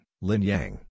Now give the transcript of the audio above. lin-yang